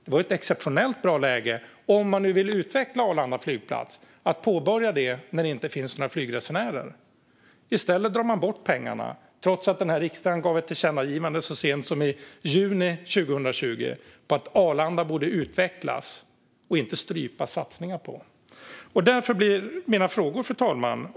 Det är ju ett exceptionellt bra läge, om man nu vill utveckla Arlanda flygplats, att påbörja det arbetet när det inte finns några flygresenärer. I stället drar man bort pengarna trots att den här riksdagen gav ett tillkännagivande så sent som i juni 2020 om att Arlanda borde utvecklas och inte få satsningar strypta. Därför har jag frågor, fru talman.